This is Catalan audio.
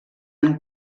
han